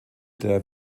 der